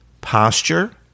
posture